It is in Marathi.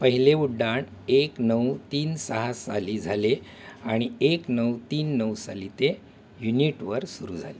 पहिले उड्डाण एक नऊ तीन सहा साली झाले आणि एक नऊ तीन नऊ साली ते युनीटवर सुरू झाले